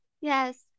Yes